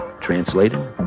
Translated